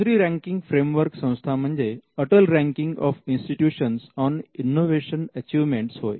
दुसरी ranking framework संस्था म्हणजे Atal Ranking of Institutions on Innovation Achievements होय